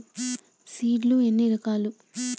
Seed లు ఎన్ని రకాలు?